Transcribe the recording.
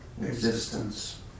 Existence